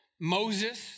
Moses